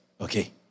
Okay